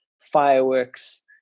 fireworks